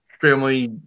family